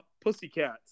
Pussycats